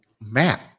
map